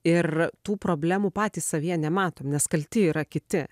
ir tų problemų patys savyje nematom nes kalti yra kiti